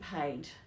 paid